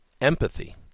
Empathy